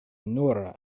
nura